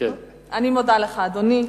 אני מודה לך, אדוני.